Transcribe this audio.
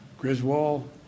Griswold